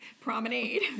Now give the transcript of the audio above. promenade